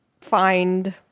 find